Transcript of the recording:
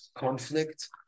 Conflict